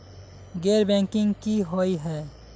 गैर बैंकिंग की हुई है?